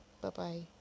Bye-bye